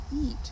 eat